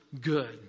good